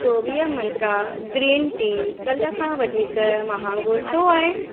चौवीह Mantra green tea कल्ह खां वधीक महांगो छो आहे